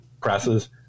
presses